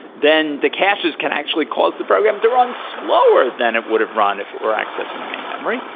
then the caches can actually cause the program to run slower than it would have run if it were accessing main memory.